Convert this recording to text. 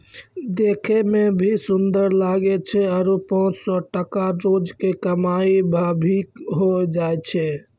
देखै मॅ भी सुन्दर लागै छै आरो पांच सौ टका रोज के कमाई भा भी होय जाय छै